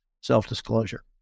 self-disclosure